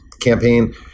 Campaign